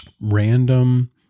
random